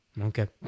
Okay